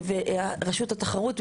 רשות התחרות,